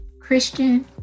Christian